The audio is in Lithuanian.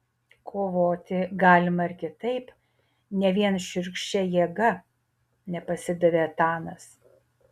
kovoti galima ir kitaip ne vien šiurkščia jėga nepasidavė etanas